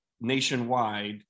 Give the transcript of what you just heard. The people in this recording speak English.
nationwide